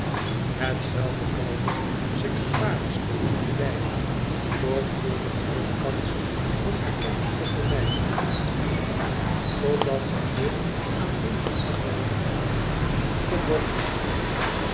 hetzelfde kalme secretarisleven te leiden zorgvuldig alle kansen op herkenning te vermijden zij meer aan hun veranderden rang gewoon zijn